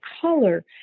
color